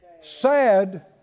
Sad